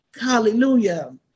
hallelujah